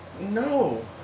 no